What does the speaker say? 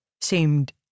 seemed